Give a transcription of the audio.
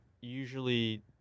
usually